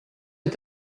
est